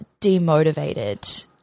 demotivated